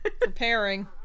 Preparing